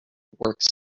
works